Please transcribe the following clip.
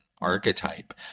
archetype